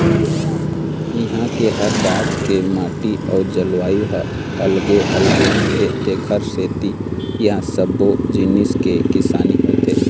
इहां के हर राज के माटी अउ जलवायु ह अलगे अलगे हे तेखरे सेती इहां सब्बो जिनिस के किसानी होथे